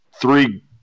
three